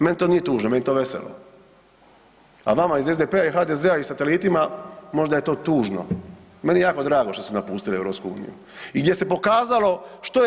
Meni to nije tužno, meni je to veselo, a vama iz SDP-a i HDZ-a i satelitima možda je to tužno, meni je jako drago što su napustili EU i gdje se pokazalo što je EU.